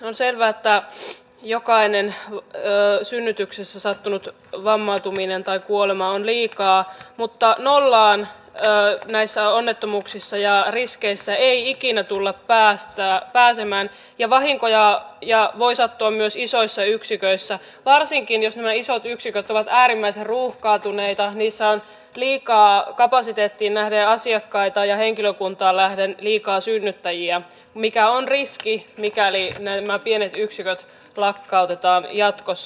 on selvää että jokainen synnytyksessä sattunut vammautuminen tai kuolema on liikaa mutta nollaan näissä onnettomuuksissa ja riskeissä ei ikinä tulla pääsemään ja vahinkoja voi sattua myös isoissa yksiköissä varsinkin jos nämä isot yksiköt ovat äärimmäisen ruuhkautuneita niissä on liikaa kapasiteettiin nähden asiakkaita ja henkilökuntaan nähden liikaa synnyttäjiä mikä on riski mikäli nämä pienet yksiköt lakkautetaan jatkossa